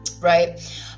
right